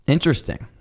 Interesting